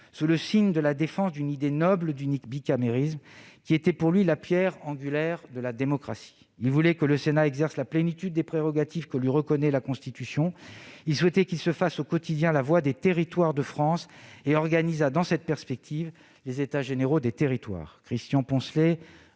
sous le signe de la défense d'une idée noble du bicamérisme, qui était pour lui la pierre angulaire de la démocratie. Il voulait que le Sénat exerce la plénitude des prérogatives que lui reconnaît la Constitution : il souhaitait qu'il se fasse, au quotidien, la voix des territoires de France et organisa, dans cette perspective, les États généraux des territoires.